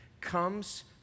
comes